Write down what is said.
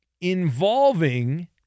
involving